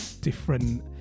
different